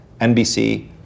NBC